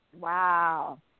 Wow